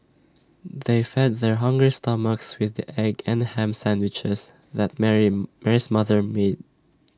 they fed their hungry stomachs with the egg and Ham Sandwiches that Mary Mary's mother made